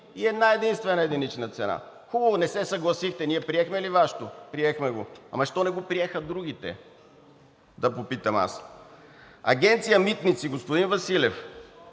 и една-единствена единична цена? Хубаво, не се съгласихте. Ние приехме ли Вашето? Приехме го, но защо не го приеха другите, да попитам аз? Агенция „Митници“, господин Василев.